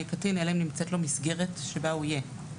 קטין אלא אם נמצאת לו מסגרת שבה הוא יהיה.